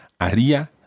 Haría